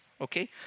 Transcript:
okay